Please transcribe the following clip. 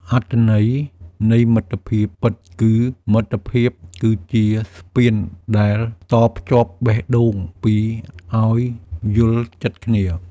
អត្ថន័យនៃមិត្តភាពពិត គឺមិត្តភាពគឺជាស្ពានដែលតភ្ជាប់បេះដូងពីរឱ្យយល់ចិត្តគ្នា។